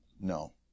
No